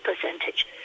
percentage